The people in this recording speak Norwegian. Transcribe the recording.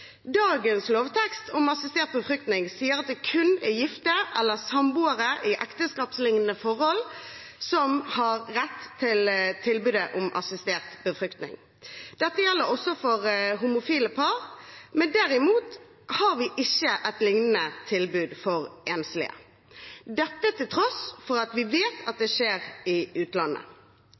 Dagens lovtekst om assistert befruktning sier at det kun er gifte eller samboere i ekteskapslignende forhold som har rett til tilbudet om assistert befruktning. Dette gjelder også for homofile par. Derimot har vi ikke et lignende tilbud for enslige, dette til tross for at vi vet at det skjer i utlandet.